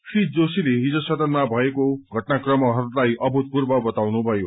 श्री जोशीले हिज सदनमा भएको घटनाक्रमहरूलाई अद्वितीय बताउनुभयो